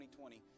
2020